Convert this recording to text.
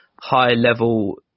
high-level